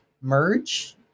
merge